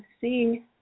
seeing